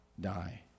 die